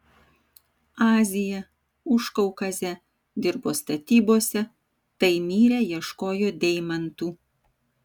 aziją užkaukazę dirbo statybose taimyre ieškojo deimantų